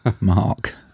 Mark